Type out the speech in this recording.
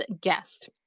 guest